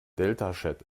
deltachat